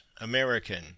American